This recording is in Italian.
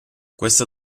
questa